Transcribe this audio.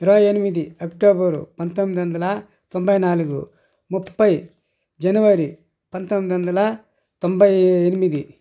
ఇరవై ఎనిమిది అక్టోబరు పంతొమ్మిది వందల తొంభై నాలుగు ముప్పై జనవరి పంతొమ్మిది వందల తొంభై ఎనిమిది